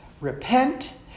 Repent